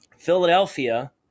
Philadelphia